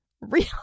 real